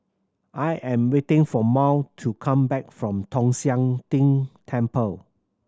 I am waiting for Mal to come back from Tong Sian Tng Temple